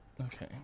Okay